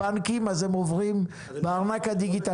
בבנקים אז הם עוברים לארנק הדיגיטלי.